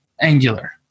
Angular